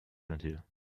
ventil